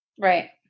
Right